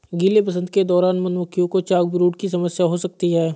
गीले वसंत के दौरान मधुमक्खियों को चॉकब्रूड की समस्या हो सकती है